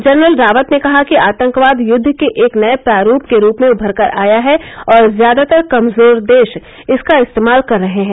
general Rawat ने कहा कि आतंकवाद युद्व के एक नये प्रारूप के रूप में उभरकर आया है और ज्यादातर कमजोर देश इसका इस्तेमाल कर रहे हैं